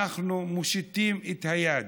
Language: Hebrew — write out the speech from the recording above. אנחנו מושיטים את היד,